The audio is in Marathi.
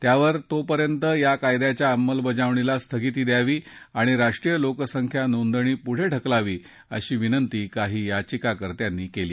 त्यावर तोपर्यंत या कायद्याच्या अंमलबजावणीला स्थगिती द्यावी आणि राष्ट्रीय लोकसंख्या नोंदणी पुढं ढकलावी अशी विनंती काही याचिकाकर्त्यांनी केली